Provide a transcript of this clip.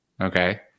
okay